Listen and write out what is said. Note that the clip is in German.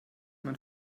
mein